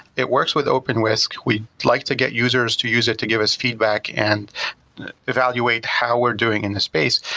it works with openwhisk. we like to get users to use it to give us feedback and evaluate how we're doing in the space.